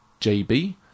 JB